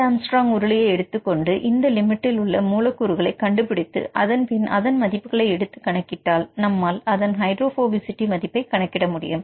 8A உருளையை எடுத்துக்கொண்டு இந்த லிமிட்டில் உள்ள மூலக்கூறுகளை கண்டுபிடித்து அதன்பின் அதன் மதிப்புகளை எடுத்து கணக்கிட்டால் நம்மால் அதன் ஹைட்ரோபோபசிட்டி மதிப்பை கண்டுபிடிக்க முடியும்